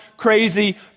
crazy